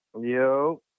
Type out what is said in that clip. Yo